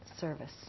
service